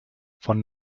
von